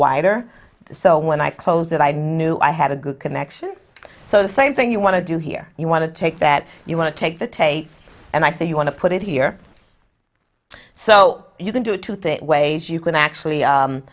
wider so when i close it i know i had a good connection so the same thing you want to do here you want to take that you want to take the take and i see you want to put it here so you can do two things ways you can actually